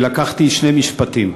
ולקחתי שני משפטים.